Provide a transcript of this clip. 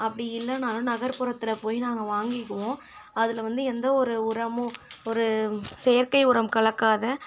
அப்படி இல்லைனாலும் நகர்புறத்தில் போய் நாங்கள் வாங்கிக்கிவோம் அதில் வந்து எந்தவொரு உரமும் ஒரு செயற்கை உரம் கலக்காத